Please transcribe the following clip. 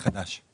חדש.